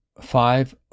five